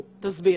תסביר.